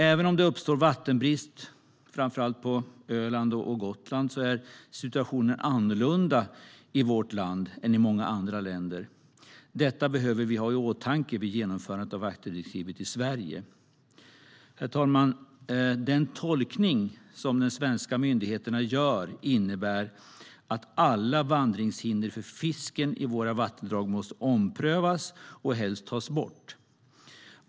Även om det uppstår vattenbrist framför allt på Öland och Gotland är situationen annorlunda i vårt land än i många andra länder. Detta behöver vi ha i åtanke vid genomförandet av vattendirektivet i Sverige. Herr talman! Den tolkning som de svenska myndigheterna gör innebär att alla vandringshinder för fisken i våra vattendrag måste omprövas och helst tas bort.